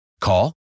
Call